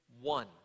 one